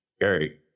Gary